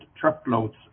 truckloads